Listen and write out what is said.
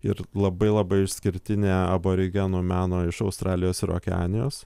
ir labai labai išskirtinė aborigenų meno iš australijos ir okeanijos